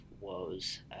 woes